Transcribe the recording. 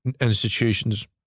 institutions